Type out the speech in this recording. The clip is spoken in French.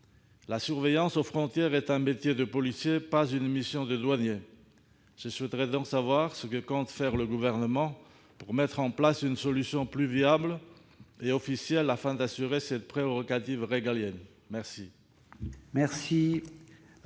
La surveillance aux frontières est un métier de policier, et non pas une mission de douanier. Je souhaiterais donc savoir ce que compte faire le Gouvernement pour mettre en place une solution plus viable et officielle, afin d'assurer cette prérogative régalienne. La